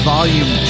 Volume